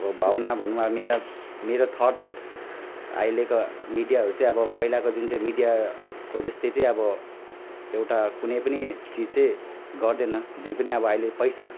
अब भावना भनौँ अब मेरा मेरो थट अहिलेको मिडियाहरू चाहिँ अब पहिलाको जुन चाहिँ मिडियाको जस्तै चाहिँ अब एउटा कुनै पनि चिज चाहिँ गर्दैन जे पनि अब अहिले पैसा